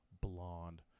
blonde